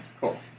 cool